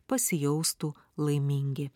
pasijaustų laimingi